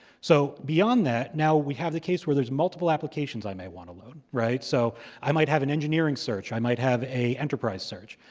so beyond that, now we have the case where there's multiple applications i may want to load, right? so i might have an engineering search. i might have an enterprise search.